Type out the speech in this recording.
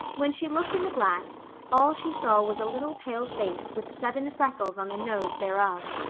when she looked in the glass all she saw was a little pale face with seven freckles on the nose thereof.